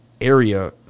area